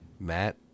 Matt